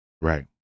Right